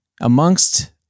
amongst